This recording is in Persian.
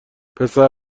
پسر